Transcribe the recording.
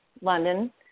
London